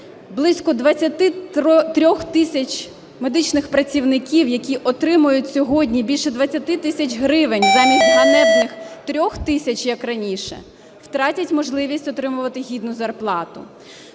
Близько 23 тисяч медичних працівників, які отримують сьогодні більше 20 тисяч гривень замість ганебних 3 тисяч, як раніше, втрать можливість отримувати гідну зарплату.